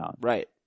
Right